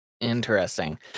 Interesting